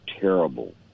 terrible